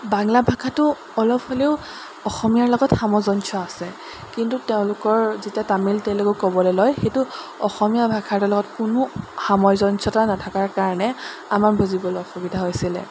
বাংলা ভাষাটো অলপ হ'লেও অসমীয়াৰ লগত সামঞ্জস্য আছে কিন্তু তেওঁলোকৰ যেতিয়া তামিল তেলেগু ক'বলৈ লয় সেইটো অসমীয়া ভাষাটোৰ লগত কোনো সামঞ্জস্যতা নাথাকাৰ কাৰণে আমাৰ বুজিবলৈ অসুবিধা হৈছিলে